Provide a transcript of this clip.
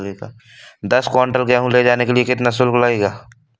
दस कुंटल गेहूँ ले जाने के लिए कितना शुल्क लगेगा?